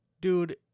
Dude